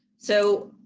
so,